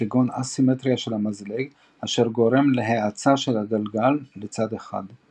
כגון אסימטריה של המזלג אשר גורם להאצה של הגלגל לצד אחד.